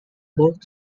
both